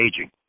aging